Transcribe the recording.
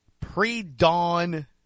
pre-dawn